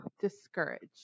discouraged